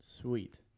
Sweet